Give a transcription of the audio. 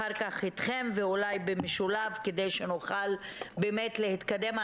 אחר כך אתכם, ואולי במשולב, כדי שנוכל להתקדם.